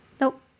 Nope